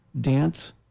Dance